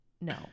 no